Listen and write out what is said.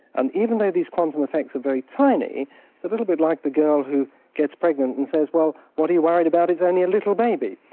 and even those these quantum effects are very tiny, it's a little bit like the girl who gets pregnant and says, well what are you worried about, it's only a little baby'.